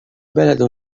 بلد